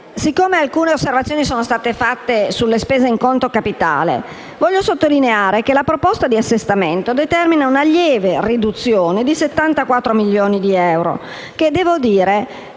fatte alcune osservazioni sulle spese in conto capitale, vorrei sottolineare che la proposta di assestamento determina una lieve riduzione di 74 milioni di euro che - devo dire